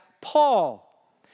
Paul